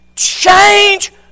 change